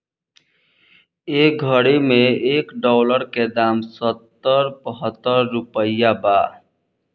ए घड़ी मे एक डॉलर के दाम सत्तर बहतर रुपइया बा